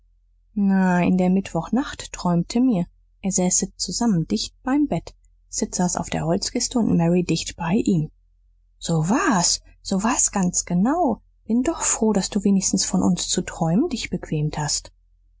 in der mittwochnacht träumte mir ihr säßet zusammen dicht beim bett sid saß auf der holzkiste und mary dicht bei ihm so war's so war's ganz genau bin doch froh daß du wenigstens von uns zu träumen dich bequemt hast